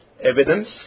evidence